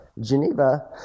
Geneva